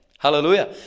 Hallelujah